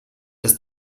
dass